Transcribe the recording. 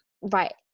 right